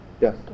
Yes